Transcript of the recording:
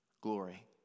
glory